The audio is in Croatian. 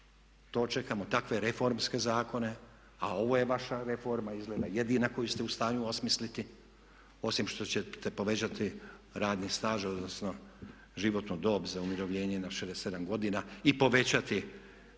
to čekamo, takve reformske zakone, a ovo je vaša reforma izgleda jedina koju ste u stanju osmisliti, osim što ćete povećati radni staž odnosno životnu dob za umirovljenje na 67 godina i povećati